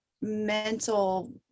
mental